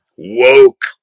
Woke